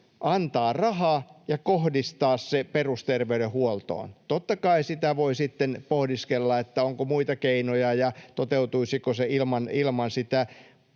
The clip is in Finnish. antaa rahaa ja kohdistaa se perusterveydenhuoltoon. Totta kai sitä voi sitten pohdiskella, onko muita keinoja ja toteutuisiko se ilman sitä.